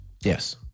Yes